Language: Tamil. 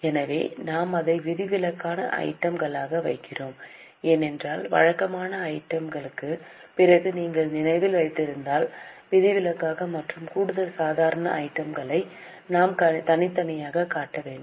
எனவே நாம் அதை விதிவிலக்கான ஐட்டம் களாக வைக்கிறோம் ஏனென்றால் வழக்கமான ஐட்டம் களுக்குப் பிறகு நீங்கள் நினைவில் வைத்திருந்தால் விதிவிலக்கான மற்றும் கூடுதல் சாதாரண ஐட்டம் களை நாம் தனித்தனியாகக் காட்ட வேண்டும்